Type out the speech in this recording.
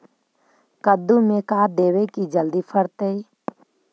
कददु मे का देबै की जल्दी फरतै?